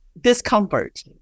discomfort